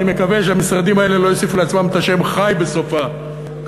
אני מקווה שהמשרדים האלה לא יוסיפו לעצמם את השם "חי" בסוף הקדנציה.